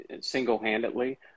single-handedly